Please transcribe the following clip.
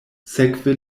sekve